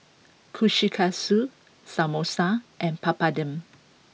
Kushikatsu Samosa and Papadum